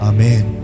Amen